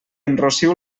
enrossiu